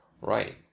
Right